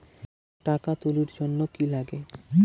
টাকা তুলির জন্যে কি লাগে?